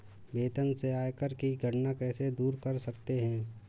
वेतन से आयकर की गणना कैसे दूर कर सकते है?